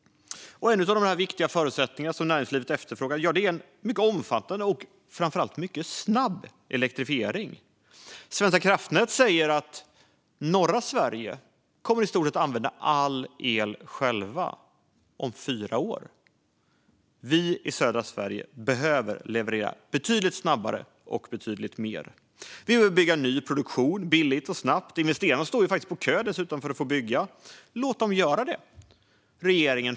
En av de viktiga förutsättningar näringslivet efterfrågar är en omfattande och snabb elektrifiering. Svenska kraftnät säger att om fyra år kommer norra Sverige att använda i stort sett all sin el. Därför behöver södra Sverige leverera betydligt snabbare och betydligt mer. Det behöver byggas ny produktion billigt och snabbt. Investerarna står på kö, så låt dem bygga.